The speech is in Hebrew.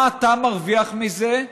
מה אתה מרוויח מזה?